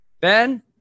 Ben